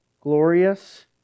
glorious